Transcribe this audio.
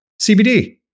CBD